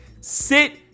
Sit